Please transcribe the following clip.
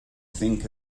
think